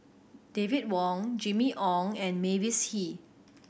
David Wong Jimmy Ong and Mavis Hee